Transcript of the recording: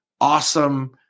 awesome